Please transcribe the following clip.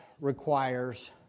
requires